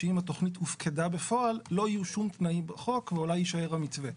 שאם התכנית הופקדה בפועל לא יהיו שום תנאים בחוק ואולי יישאר המתווה.